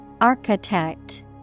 Architect